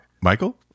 michael